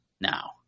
now